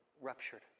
ruptured